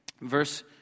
Verse